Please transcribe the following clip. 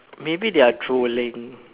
maybe they are trolling